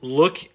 look